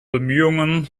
bemühungen